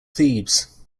thebes